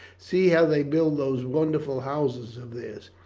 see how they build those wonderful houses of theirs,